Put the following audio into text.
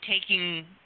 taking